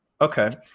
Okay